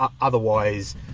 otherwise